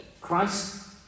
Christ